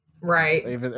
right